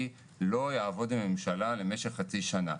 לא יעבוד עם הממשלה למשך חצי שנה.